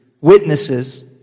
witnesses